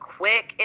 quick